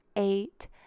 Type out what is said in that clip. eight